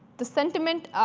the sentiment